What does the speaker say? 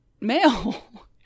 male